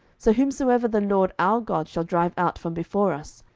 so whomsoever the lord our god shall drive out from before us,